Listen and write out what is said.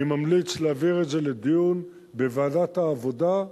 אני ממליץ להעביר את זה לדיון בוועדת העבודה,